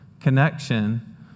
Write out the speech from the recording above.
connection